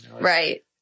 Right